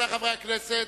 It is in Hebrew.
רבותי חברי הכנסת,